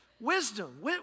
Wisdom